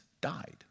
died